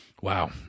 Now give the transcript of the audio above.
Wow